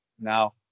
Now